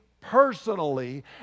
personally